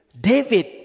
David